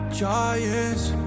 giants